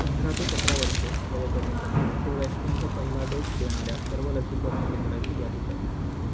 पंधरा ते सतरा वर्षे वयोगटासाठी कोव्हॅक्सिनचा पहिला डोस देणाऱ्या सर्व लसीकरण केंद्राची यादी करा